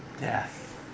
death